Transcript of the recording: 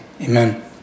amen